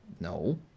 no